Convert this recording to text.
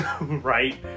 right